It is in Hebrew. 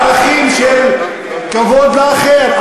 ערכים של כבוד לאחר,